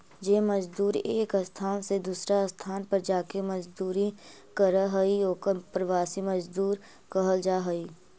जे मजदूर एक स्थान से दूसर स्थान पर जाके मजदूरी करऽ हई ओकर प्रवासी मजदूर कहल जा हई